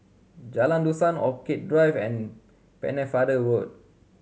Jalan Dusan Orchid Drive and Pennefather Road